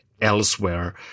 elsewhere